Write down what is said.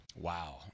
Wow